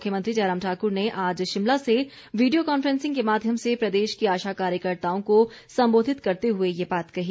मुख्यमंत्री जयराम ठाकुर ने आज शिमला से वीडियो कांफ्रैंसिंग के माध्यम से प्रदेश की आशा कार्यकर्ताओं को सम्बोधित करते हुए ये बात कही